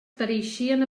pareixien